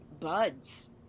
buds